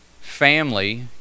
family